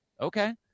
Okay